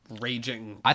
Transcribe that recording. raging